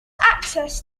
access